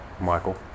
Michael